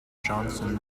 johnson